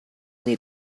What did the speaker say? need